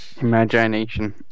Imagination